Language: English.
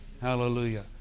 Hallelujah